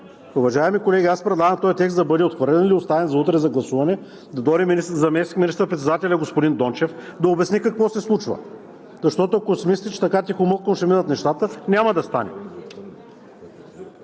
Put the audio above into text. Уважаеми колеги, аз предлагам този текст да бъде отхвърлен или оставен за утре за гласуване, да дойде заместник министър-председателят господин Дончев да обясни какво се случва. Защото, ако си мислите, че така тихомълком ще минат нещата, няма да стане.